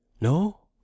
No